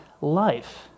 life